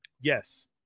yes